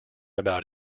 about